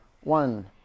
One